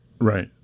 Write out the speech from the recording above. right